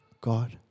God